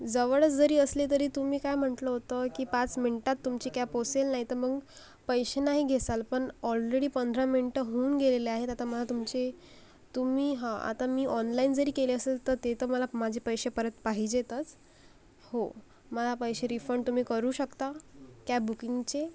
जवळ जरी असले तरी तुम्ही काय म्हटलं होतं की पाच मिनिटात तुमची कॅब पोहचेल नाही तर मग पैसे नाही घेसाल पण ऑलरेडी पंधरा मिनटं होऊन गेलेले आहेत आता मला तुमचे तुम्ही हा आता मी ऑनलाइन जरी केले असेल तर ते तर मला माझे पैसे परत पाहिजेतच हो मला पैसे रिफंड तुम्ही करू शकता कॅब बुकिंगचे